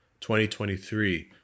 2023